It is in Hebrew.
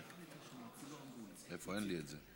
כמו שהוא לא מבין את היום הזה של האלימות,